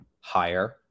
higher